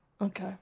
Okay